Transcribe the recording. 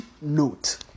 note